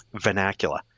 vernacular